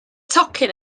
tocyn